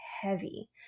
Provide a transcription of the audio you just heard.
heavy